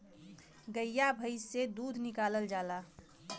गइया भईस से दूध निकालल जाला